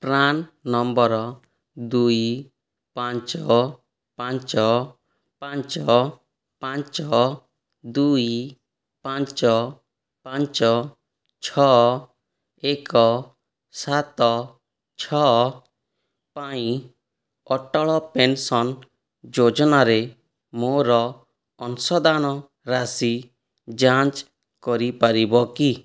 PRAN number ଦୁଇ ପାଞ୍ଚ ପାଞ୍ଚ ପାଞ୍ଚ ପାଞ୍ଚ ଦୁଇ ପାଞ୍ଚ ପାଞ୍ଚ ଛଅ ଏକ ସାତ ଛଅ ପାଇଁ ଅଟଳ ପେନ୍ସନ୍ ଯୋଜନାରେ ମୋର ଅଂଶଦାନ ରାଶି ଯାଞ୍ଚ କରିପାରିବ କି